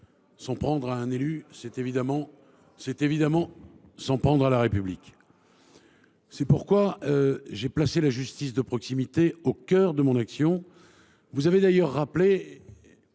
s’en prendre à un élu, c’est s’en prendre à la République. C’est pourquoi j’ai placé la justice de proximité au cœur de mon action. Vous avez d’ailleurs rappelé